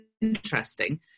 interesting